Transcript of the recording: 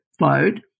load